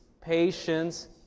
patience